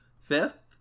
fifth